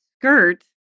skirt